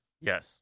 Yes